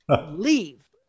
leave